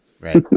Right